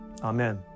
Amen